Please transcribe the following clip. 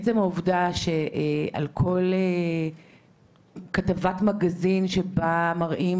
עצם העובדה שעל כל כתבת מגזין שבה מראים